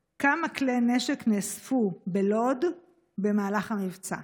6. כמה כלי נשק נאספו בלוד במהלך המבצע?